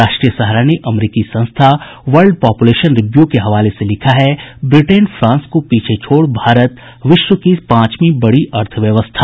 राष्ट्रीय सहारा ने अमरिकी संस्था वर्ल्ड पॉप्लेशन रिव्यू के हवाले से लिखा है ब्रिटेन फ्रांस को पीछे छोड़ भारत विश्व की पांचवीं बड़ी अर्थव्यवस्था